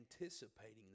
anticipating